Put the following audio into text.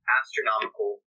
astronomical